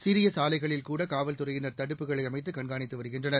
சிறிய சாலைகளில்கூட காவல்துறையினர் தடுப்புகளை அமைத்து கண்காணித்து வருகின்றனர்